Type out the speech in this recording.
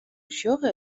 sjogge